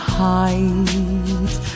hide